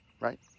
right